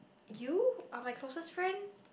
you are my closer friend